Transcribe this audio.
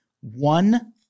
one